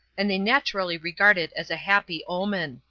and they naturally regard it as a happy omen.